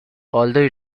although